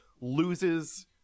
loses